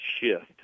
shift